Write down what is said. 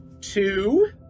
Two